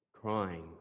crying